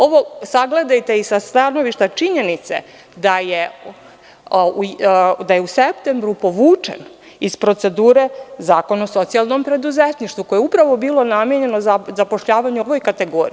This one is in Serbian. Ovo sagledajte i sa stanovišta činjenice da je u septembru povučen iz procedure Zakon o socijalnom preduzetništvu, koje je upravo bilo namenjeno za zapošljavanje ovoj kategoriji.